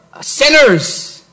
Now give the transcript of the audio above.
sinners